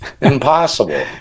impossible